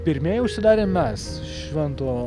pirmieji užsidarėm mes švento